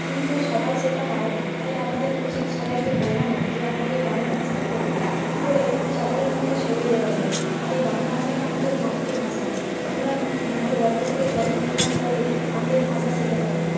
কিন্তু সবাই সেটা পারে না তাই আমাদের উচিত সবাইকে বোঝানো যে আমাদের এই বাংলা ভাষাটাকে কী করে সকলের মধ্যে ছড়িয়ে দেওয়া যায় আর এই বাংলা ভাষাটা আমাদের মাতৃভাষা আমরা মায়ের গর্ভ থেকে জন্ম নেওয়ার পরেই আমরা এই ভাষা শিখে থাকি